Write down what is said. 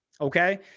Okay